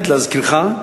להזכירך,